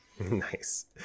Nice